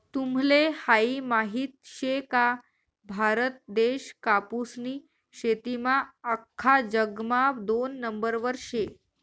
तुम्हले हायी माहित शे का, भारत देश कापूसनी शेतीमा आख्खा जगमा दोन नंबरवर शे